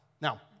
Now